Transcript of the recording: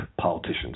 politicians